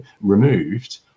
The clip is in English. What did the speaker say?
removed